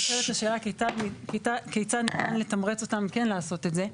ונשאלת השאלה כיצד ניתן לתמרץ אותן כן לעשות את זה.